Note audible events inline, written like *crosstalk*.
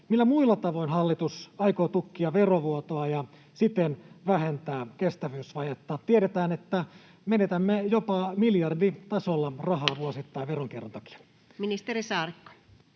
millä muilla tavoin hallitus aikoo tukkia verovuotoa ja siten vähentää kestävyysvajetta? Tiedetään, että menetämme jopa miljarditasolla rahaa *noise* vuosittain veronkierron takia. Ministeri Saarikko.